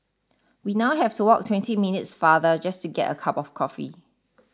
we now have to walk twenty minutes farther just to get a cup of coffee